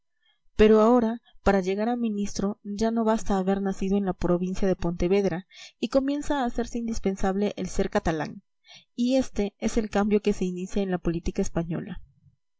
pero ahora para llegar a ministro ya no basta haber nacido en la provincia de pontevedra y comienza a hacerse indispensable el ser catalán y éste es el cambio que se inicia en la política española